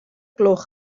gloch